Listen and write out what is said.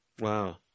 Wow